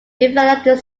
developed